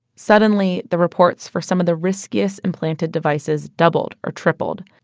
suddenly, the reports for some of the riskiest implanted devices doubled or tripled.